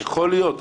יכול להיות,